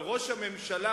אבל ראש הממשלה,